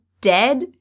dead